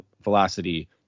velocity